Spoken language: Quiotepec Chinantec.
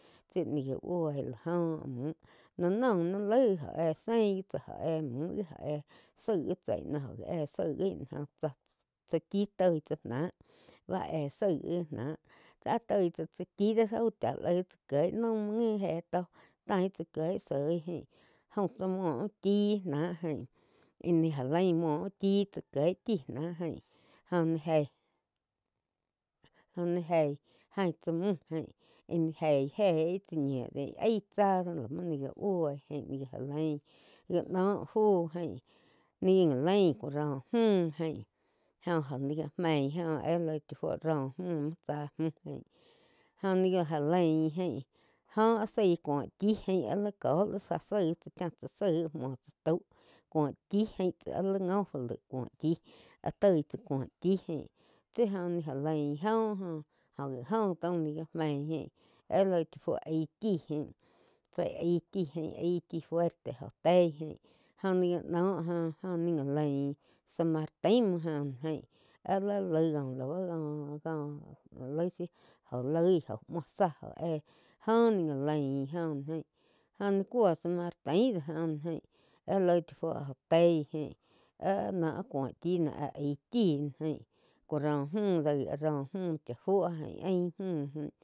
Tsi ni gá búi lá jóh ah múh lá noh naí lai jó éh sein gi tsá óh éh mú gi óh éh saig gi tsá íh noh óh éh saíh gi oh no tsáh. Chá chi tói tsá náh báh éh zaíg gi náh áh toi tsa, tsá chi dó jaú chá laig chaá kieg naum muo ngi jé tó taín chá kieg sói jáin, jaum tsá muo úh chi náh jaín íh ni já lain múo úh chi tsá kieg chi ná jain óh jei, óh ni jei jaín tsá múh jain íh ni jei éh tsá ñiu do aí tsá doh la muo ni gá búoi jain ni la ga já lain já noh fu jáin ní já já lain li róh múh ain jo-jo ni já meig óh éh laig cha fuo róh múh tsá múh jaín jó ni já lain jaih jó áh zái cuo chi jain. Áh li có li záh zaig tsá cha zaig áh muo tsá tau cuo chi jain tsá li ngo fu laig cuó chi áh toi tsá cuó chí jaín tsi óh ni já lain óh joh, oh gi óh taum ni gá meíeh laig cha fuo aí chí jain tsai aí chi, ai chi fuerte jo teí jain joh ni gáh no joh jo ni gá lain san martin muo joh aín áh li laig go lau có-có la laig shiu jó loih jóh muo záh éh joh ni já lain óh ná jain joh ni cúo san martin lá jó ni jain éh aig cha fuo jo teig jaín áh-áh no áh cúo chi no áh aig chi jain áh ro múh do gi áh roh mu cha fui ain aín múh jain.